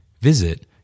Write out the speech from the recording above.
Visit